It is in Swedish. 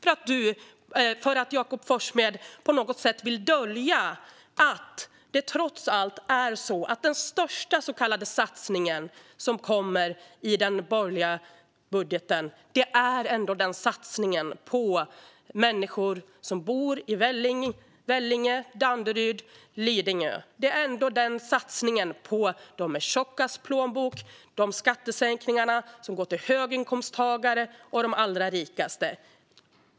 Jakob Forssmed vill på något sätt dölja att den största så kallade satsningen i den borgerliga budgeten är satsningen på människor som bor i Vellinge. Danderyd och Lidingö. Det är en satsning på dem med tjockast plånbok. Dessa skattesänkningar går till höginkomsttagare och de allra rikaste. Fru talman!